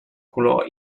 color